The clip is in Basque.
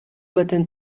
baten